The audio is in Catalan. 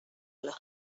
poble